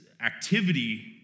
activity